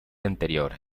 anterior